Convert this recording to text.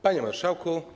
Panie Marszałku!